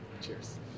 Cheers